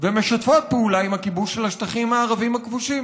ומשתפות פעולה עם הכיבוש של השטחים הערבים הכבושים,